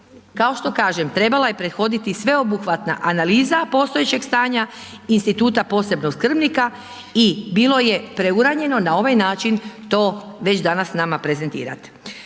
kao što kažem trebala je prethoditi sveobuhvatna analiza postojećeg stanja, instituta posebnog skrbnika i bilo je preuranjeno na ovaj način to već danas nama prezentirati.